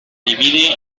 divide